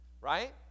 Right